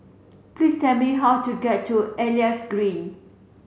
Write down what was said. please tell me how to get to Elias Green